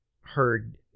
heard